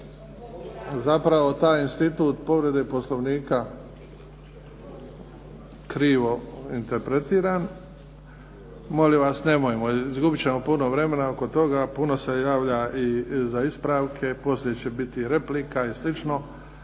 zapravo taj institut povrede Poslovnika krivo interpretiran. Molim vas nemojmo. Izgubit ćemo puno vremena oko toga. Puno se javlja i za ispravke, poslije će biti replika i